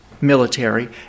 Military